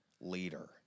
leader